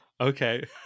Okay